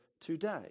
today